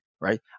Right